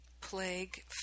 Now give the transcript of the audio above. plague